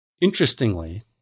Interestingly